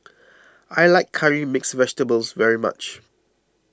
I like Curry Mixed Vegetables very much